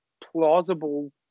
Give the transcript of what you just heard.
plausible